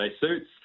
suits